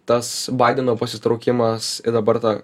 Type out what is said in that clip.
tas badeno pasitraukimas ir dabar ta